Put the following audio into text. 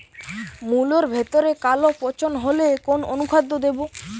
মুলোর ভেতরে কালো পচন হলে কোন অনুখাদ্য দেবো?